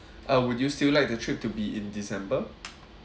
uh would you still like the trip to be in december